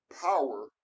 power